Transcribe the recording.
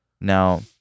Now